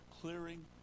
clearing